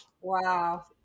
Wow